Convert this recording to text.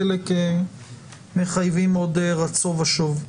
חלק מחייבים עוד רָצוֹא וָשׁוֹב.